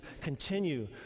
continue